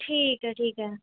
ਠੀਕ ਹੈ ਠੀਕ ਹੈ